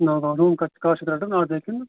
نوگأم روٗم کَر کر چھُ رَٹُن آتھوارِ کِنہٕ